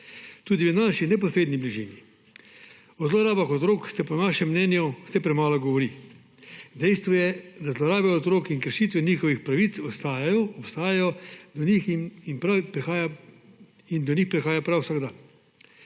tudi v svoji neposredni bližini. O zlorabah otrok se po našem mnenju vse premalo govori. Dejstvo je, da zlorabe otrok in kršitve njihovih pravic obstajajo in do njih prihaja prav vsak dan.